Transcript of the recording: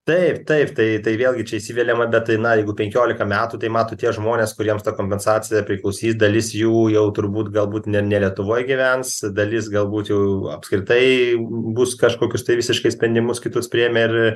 taip taip tai tai vėlgi čia įsiveliama bet tai na jeigu penkiolika metų tai matot tie žmonės kuriems ta kompensacija priklausys dalis jų jau turbūt galbūt ne ne lietuvoj gyvens dalis galbūt jau apskritai bus kažkokius tai visiškai sprendimus kitus priėmę ir